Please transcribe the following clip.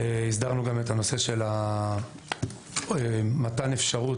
הסדרנו גם את הנושא של מתן אפשרות